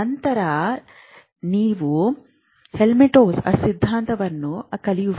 ನಂತರ ನೀವು ಹೆಲ್ಮ್ಹೋಲ್ಟ್ಜ್ ಸಿದ್ಧಾಂತವನ್ನು ಕಲಿಯುವಿರಿ